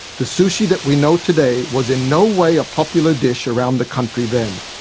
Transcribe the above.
the sushi that we know today was in no way a popular dish around the country then.